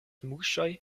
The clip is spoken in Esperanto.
muŝoj